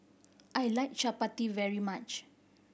I like Chapati very much